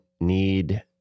need